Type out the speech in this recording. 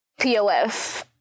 pof